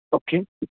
okay